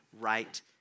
right